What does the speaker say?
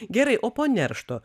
gerai o po neršto